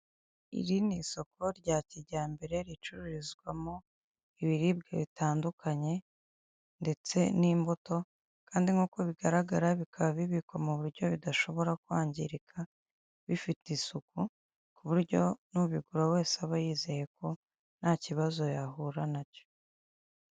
Iri ni isoko rya kijyambere ricururizwamo ibiribwa bitandukanye ndetse n'imbuto, kandi nkuko bigaragara bikaba bibikwa mu buryo bidashobora kwangirika, bifite isuku ku buryo n'ubigura wese aba yizeye ko ntakibazo yahura nacyo.